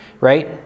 right